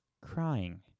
crying